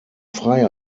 freie